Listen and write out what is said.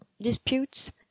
disputes